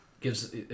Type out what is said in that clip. gives